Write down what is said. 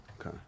Okay